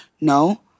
No